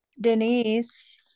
Denise